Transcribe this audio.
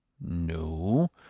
No